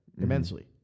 immensely